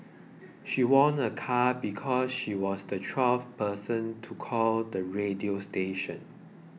she won a car because she was the twelfth person to call the radio station